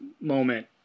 moment